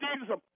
Jesus